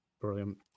Brilliant